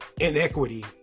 inequity